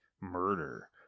murder